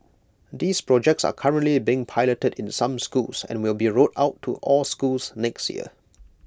these projects are currently being piloted in some schools and will be rolled out to all schools next year